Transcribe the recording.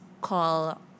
call